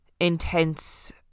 intense